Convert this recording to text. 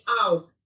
out